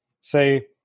say